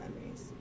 memories